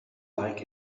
like